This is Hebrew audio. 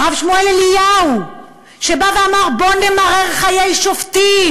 הרב שמואל אליהו, שבא ואמר: בואו נמרר חיי שופטים.